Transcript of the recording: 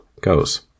goes